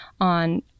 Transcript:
on